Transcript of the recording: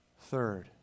third